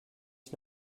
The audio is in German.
ich